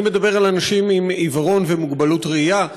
אני מדבר על אנשים עם עיוורון ומוגבלות ראייה,